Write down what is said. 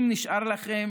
אם נשארה לכם